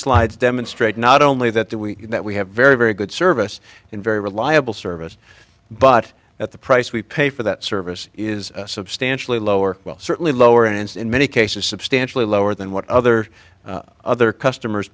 slides demonstrate not only that we that we have very very good service and very reliable service but at the price we pay for that service is substantially lower well certainly lower ends in many cases substantially lower than what other other customers